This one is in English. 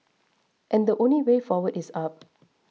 and the only way forward is up